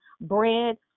bread